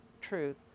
truth